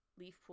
Leafpool